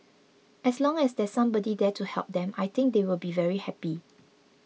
as long as there's somebody there to help them I think they will be very happy